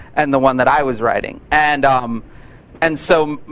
and the one that i was writing. and um and so,